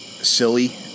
silly